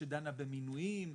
שדנה במינויים,